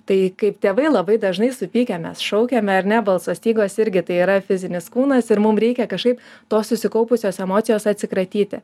tai kaip tėvai labai dažnai supykę mes šaukiame ar ne balso stygos irgi tai yra fizinis kūnas ir mum reikia kažkaip tos susikaupusios emocijos atsikratyti